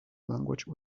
language